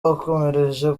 bakomereje